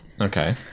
Okay